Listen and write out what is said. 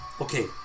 Okay